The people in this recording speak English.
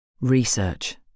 research